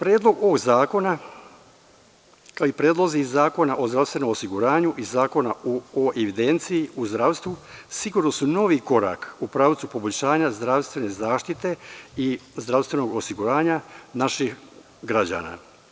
Predlog ovog zakona, kao i predlozi Zakona o zdravstvenom osiguranju i Zakona o evidenciji u zdravstvu, sigurno su novi korak u pravcu poboljšanja zdravstvene zaštite i zdravstvenog osiguranja naših građana.